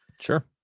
Sure